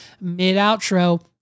mid-outro